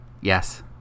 Yes